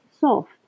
soft